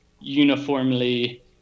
uniformly